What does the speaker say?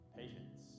patience